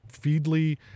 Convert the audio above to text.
Feedly